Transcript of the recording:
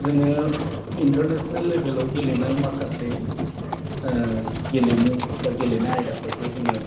जोङो इन्तारनेसनेल लेबेलाव गेलेनाय माखासे गेलेमु बा गेलेनाय आयदाफोरखौ जोङो